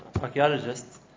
archaeologists